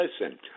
Listen